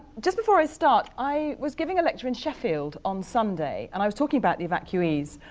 just before i start, i was giving a lecture in sheffield on sunday and i was talking about the evacuees.